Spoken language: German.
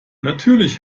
natürlich